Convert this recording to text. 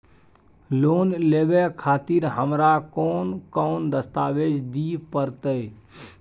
Loan लेवे खातिर हमरा कोन कौन दस्तावेज दिय परतै?